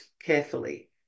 carefully